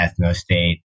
ethnostate